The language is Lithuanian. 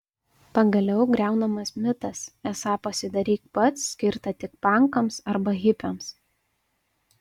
pagaliau griaunamas mitas esą pasidaryk pats skirta tik pankams arba hipiams